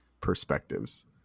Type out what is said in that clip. perspectives